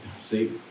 see